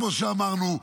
כמו שאמרנו,